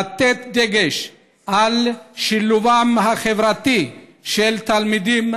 ולתת דגש על שילובם החברתי של תלמידים